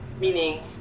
meaning